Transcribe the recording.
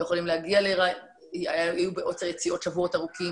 הם היו בעוצר יציאות שבועות ארוכים,